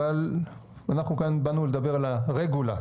אבל אנחנו כאן באנו לדבר על הרגולציה,